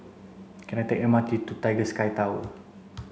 can I take the M R T to Tiger Sky Tower